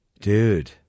Dude